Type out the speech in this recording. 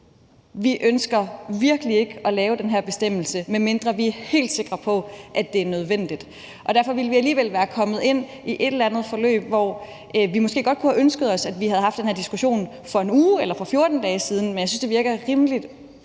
Vi ønsker virkelig ikke at lave den her bestemmelse, medmindre vi er helt sikre på, at det er nødvendigt. Derfor ville vi alligevel være kommet ind i et eller andet forløb, hvor vi måske godt kunne have ønsket os, at vi havde haft den her diskussion for 1 uge eller for 2 uger, siden, men jeg synes, det virker rimelig